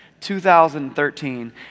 2013